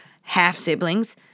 half-siblings